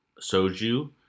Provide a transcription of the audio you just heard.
Soju